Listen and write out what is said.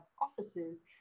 offices